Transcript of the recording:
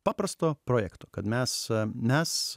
paprasto projekto kad mes mes